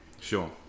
Sure